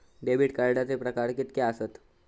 Debit कार्डचे प्रकार कीतके आसत?